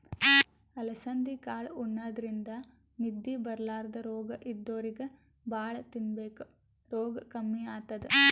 ಅಲಸಂದಿ ಕಾಳ್ ಉಣಾದ್ರಿನ್ದ ನಿದ್ದಿ ಬರ್ಲಾದ್ ರೋಗ್ ಇದ್ದೋರಿಗ್ ಭಾಳ್ ತಿನ್ಬೇಕ್ ರೋಗ್ ಕಮ್ಮಿ ಆತದ್